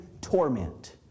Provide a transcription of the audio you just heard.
torment